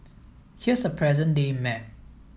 here's a present day map